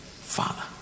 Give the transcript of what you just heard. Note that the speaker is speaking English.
Father